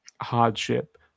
hardship